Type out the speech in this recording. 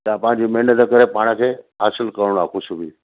छा पंहिंजी महिनत करे पाण खे हासिल करिणो आहे कुझु बि